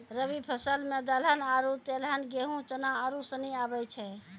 रवि फसल मे दलहन आरु तेलहन गेहूँ, चना आरू सनी आबै छै